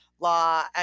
law